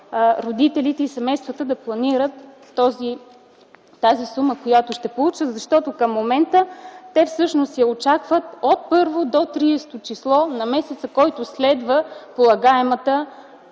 родителите и семействата да планират тази сума, която ще получат, защото към момента те всъщност я очакват от 1-во до 30-о число на месеца, който следва полагаемата